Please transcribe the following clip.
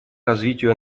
развитию